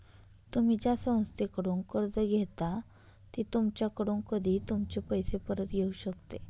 तुम्ही ज्या संस्थेकडून कर्ज घेता ती तुमच्याकडून कधीही तुमचे पैसे परत घेऊ शकते